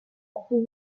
assez